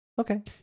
Okay